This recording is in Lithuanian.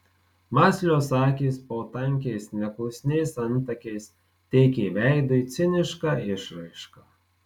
mąslios akys po tankiais neklusniais antakiais teikė veidui cinišką išraišką